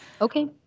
Okay